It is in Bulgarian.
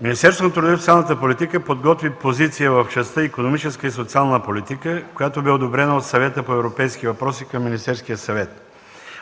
Министерството на труда и социалната политика подготви позиция в частта „Икономическа и социална политика”, която бе одобрена от Съвета по европейските въпроси към Министерския съвет.